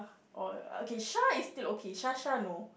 or okay Sha is still okay Sha-sha no